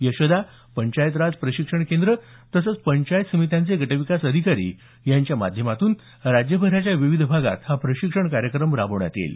यशदा पंचायतराज प्रशिक्षण केंद्रे तसंच पंचायत समित्यांचे गटविकास अधिकारी यांच्या माध्यमातून राज्यभरात विविध भागात हा प्रशिक्षण कार्यक्रम राबवण्यात येईल